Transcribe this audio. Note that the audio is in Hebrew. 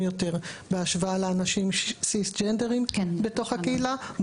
יותר בהשוואה לאנשים סיסג'נדרים בתוך הקהילה.